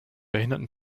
behinderten